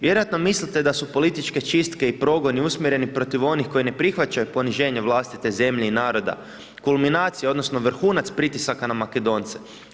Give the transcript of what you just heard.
Vjerojatno mislite da su političke čistke i progoni usmjereni protiv onih koji ne prihvaćaju poniženje vlastite zemlje i naroda, kulminacija, odnosno vrhunac pritisaka na Makedonce.